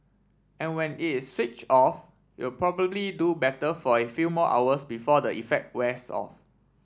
and when is switch off you'll probably do better for a few more hours before the effect wears off